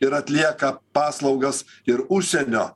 ir atlieka paslaugas ir užsienio